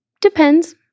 Depends